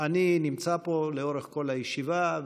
אני נמצא פה לאורך כל הישיבה,